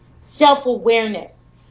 self-awareness